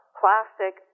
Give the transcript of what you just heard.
plastic